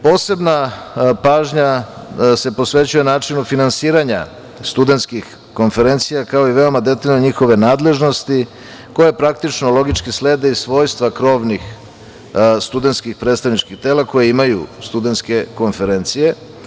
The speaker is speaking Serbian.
Posebna pažnja se posvećuje načinu finansiranja studentskih konferencija, kao i veoma detaljne njihove nadležnosti, koje praktično logički slede i svojstva krovnih studentskih predstavničkih tela koje imaju studentske konferencije.